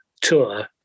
tour